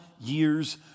years